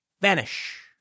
vanish